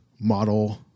model